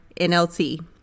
NLT